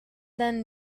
then